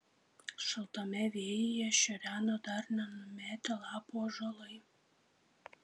šaltame vėjyje šiureno dar nenumetę lapų ąžuolai